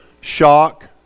shock